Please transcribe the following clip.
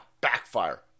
backfire